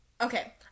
Okay